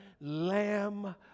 Lamb